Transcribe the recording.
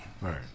Right